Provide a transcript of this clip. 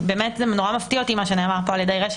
מאוד מפתיע אותי מה שנאמר כאן על ידי רשות